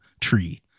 tree